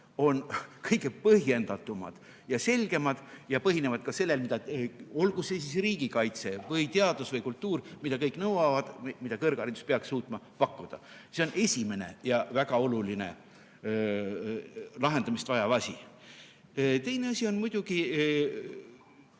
on kõige põhjendatumad ja selgemad ja põhinevad ka sellel, et kõike, mida kas riigikaitse või teadus või kultuur nõuab, peab kõrgharidus suutma pakkuda. See on esimene ja väga oluline lahendamist vajav asi. Teine asi on muidugi,